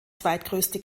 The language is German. zweitgrößte